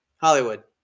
Hollywood